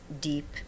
deep